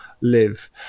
live